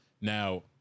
Now